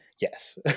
Yes